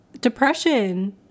depression